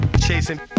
Chasing